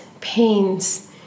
pains